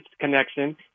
connection